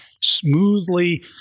smoothly